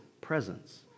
presence